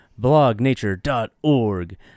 blognature.org